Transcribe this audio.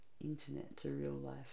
internet-to-real-life